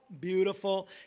Beautiful